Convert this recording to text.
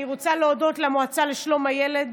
אני רוצה להודות למועצה לשלום הילד